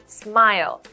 smile